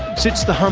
sits the um